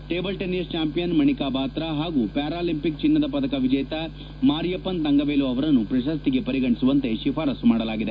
table tennis champion Manika Batra ಹಾಗೂ Paralympic ಚಿನ್ನದ ಪದಕ ವಿಜೇತ ಮಾರಿಯಪ್ಪನ್ ತಂಗವೇಲು ಅವರನ್ನು ಪ್ರಶಸ್ತಿಗೆ ಪರಿಗಣಿಸುವಂತೆ ಶಿಫಾರಸ್ಸು ಮಾಡಲಾಗಿದೆ